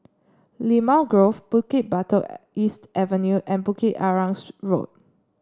Limau Grove Bukit Batok East Avenue and Bukit Arang Road